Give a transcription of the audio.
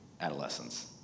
adolescence